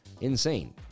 insane